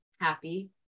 Happy